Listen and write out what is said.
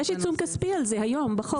אבל יש עיצום כספי על זה היום בחוק.